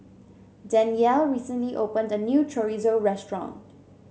Danyell recently opened a new Chorizo restaurant